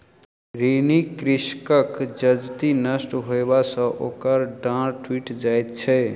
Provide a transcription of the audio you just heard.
ऋणी कृषकक जजति नष्ट होयबा सॅ ओकर डाँड़ टुइट जाइत छै